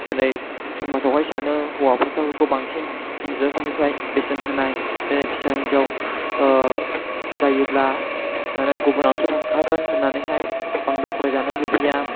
दोनै समाजाव हाय सानो हौवासाफोरखौ बांसिन हिन्जावफोरनिफ्राय बेसेन होनाय दिनै फिसा हिन्जाव जायोब्ला ओरै गुबुनावसो थांखागोन होन्नानै हाय बांद्राय फरायजानो लुबैया